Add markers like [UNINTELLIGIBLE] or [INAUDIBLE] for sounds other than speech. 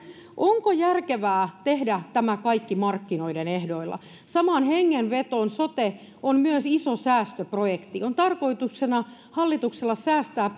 onko järkevää tehdä tämä kaikki markkinoiden ehdoilla samaan hengenvetoon sote on myös iso säästöprojekti hallituksella on tarkoituksena säästää [UNINTELLIGIBLE]